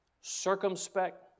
circumspect